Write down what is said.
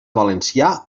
valencià